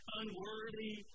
unworthy